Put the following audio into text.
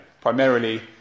Primarily